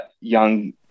young